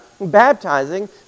baptizing